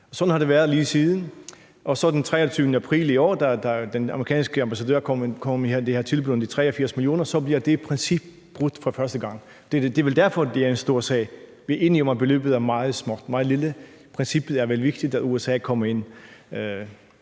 Sådan har det været lige siden. Den 23. april i år, da den amerikanske ambassadør kom med det her tilbud om de 83 mio. kr., bliver det princip brudt for første gang. Det er vel derfor, det er en stor sag. Vi er enige om, at beløbet er meget lille, men princippet er vigtigt, for USA kommer ind